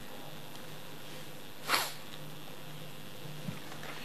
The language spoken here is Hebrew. אני מתחייב